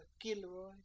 Gilroy